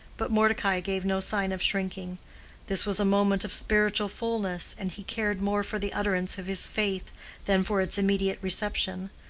but mordecai gave no sign of shrinking this was a moment of spiritual fullness, and he cared more for the utterance of his faith than for its immediate reception.